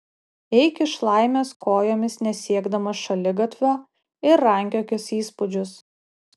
eik iš laimės kojomis nesiekdamas šaligatvio ir rankiokis įspūdžius